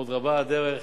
עוד רבה הדרך,